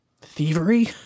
thievery